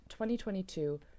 2022